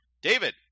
David